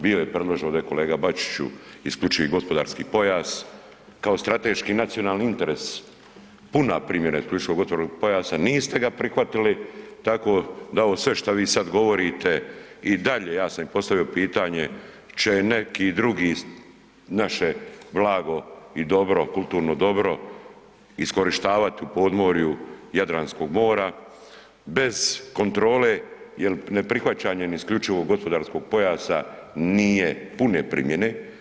Bio je predložen ovdje kolega Bačiću isključivi gospodarski pojas kao strateški nacionalni interes, puna primjena isključivog gospodarskog pojasa, niste ga prihvatili tako da ovo sve što vi sad govorite i dalje ja sam i postavio pitanje će neki drugi naše blago i dobro, kulturno dobro iskorištavati u podmorju Jadranskog mora bez kontrole jer neprihvaćanjem isključivog gospodarskom pojasa nije pune primjene.